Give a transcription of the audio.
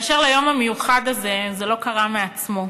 באשר ליום המיוחד הזה, זה לא קרה מעצמו.